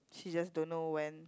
she just don't know when